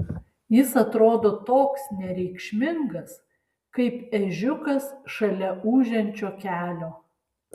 jis atrodo toks nereikšmingas kaip ežiukas šalia ūžiančio kelio